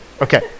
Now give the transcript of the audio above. Okay